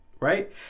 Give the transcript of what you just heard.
right